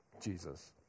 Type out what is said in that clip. Jesus